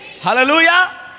Hallelujah